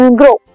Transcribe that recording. grow